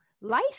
Life